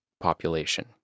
population